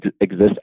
exist